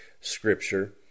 Scripture